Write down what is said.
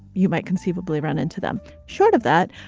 you might conceivably run into them short of that.